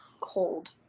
hold